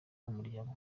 n’umuryango